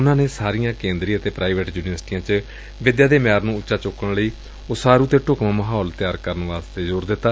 ਉਨੂਂ ਨੇ ਸਾਰੀਆਂ ਕੇਂਦਰੀ ਅਤੇ ਪ੍ਾਈਵੇਟ ਯੂਨੀਵਰਸਿਟੀਆਂ ਚ ਵਿਦਿਆ ਦੇ ਮਿਆਰ ਨੂੰ ਉੱਚਾ ਚੁੱਕਣ ਲਈ ਉਸਾਰੂ ਤੇ ਢੁਕਵਾਂ ਮਾਹੌਲ ਬਣਾਉਣ ਤੇ ਜ਼ੈਰ ਦਿੱਤਾ